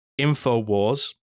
Infowars